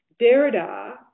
Derrida